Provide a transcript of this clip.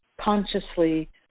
consciously